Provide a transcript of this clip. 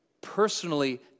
personally